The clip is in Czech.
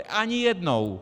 Ani jednou!